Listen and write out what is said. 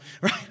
right